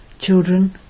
Children